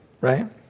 right